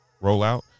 rollout